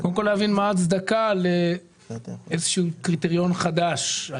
קודם כל, להבין מה ההצדקה לאיזשהו קריטריון חדש.